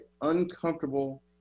uncomfortable